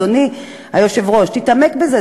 אדוני היושב-ראש, תתעמק בזה.